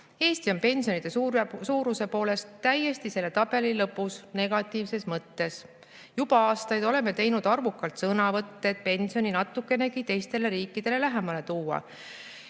Eesti on pensionide suuruse poolest täiesti selle tabeli lõpus, negatiivses mõttes. Juba aastaid oleme teinud arvukalt sõnavõtte, et pensioni natukenegi teistele riikidele lähemale tuua.